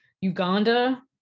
Uganda